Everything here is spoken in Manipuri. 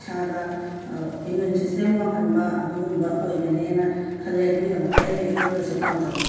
ꯏꯁꯥꯗꯥ ꯏꯃ꯭ꯌꯨꯟ ꯁꯤꯁꯇꯦꯝ ꯋꯥꯡꯍꯟꯕ ꯑꯗꯨꯒꯨꯝꯕ ꯑꯣꯏꯒꯅꯦꯅ ꯈꯜꯂꯦ ꯑꯗꯨꯒꯤꯗꯃꯛꯇ ꯑꯩꯅ ꯏꯔꯣꯏꯕꯁꯦ ꯄꯥꯝꯖꯕꯅꯦ